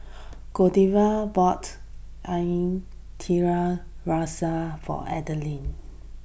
Giovanna bought Ikan Tiga Rasa for Adline